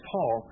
Paul